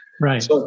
Right